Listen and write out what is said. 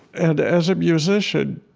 and as a musician,